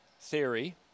theory